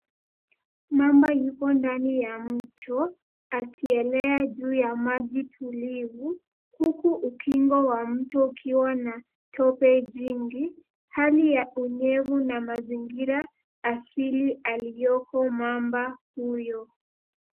Mamba yuko ndani ya mto akielea juu ya maji tulivu huku ukingo wa mto ukiwa na tope jingi. Hali ya unyevu na mazingira asili aliyoko mamba huyo.